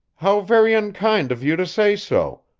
how very unkind of you to say so,